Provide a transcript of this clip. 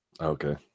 Okay